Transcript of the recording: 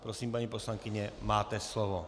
Prosím, paní poslankyně, máte slovo.